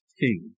King